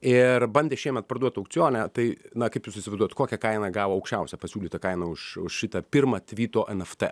ir bandė šiemet parduot aukcione tai na kaip jūs įsivaizduojat kokią kainą gavo aukščiausią pasiūlytą kainą už už šitą pirmą tvyto nft